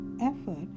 effort